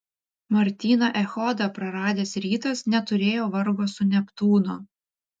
martyną echodą praradęs rytas neturėjo vargo su neptūnu